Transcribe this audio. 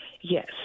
Yes